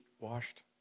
washed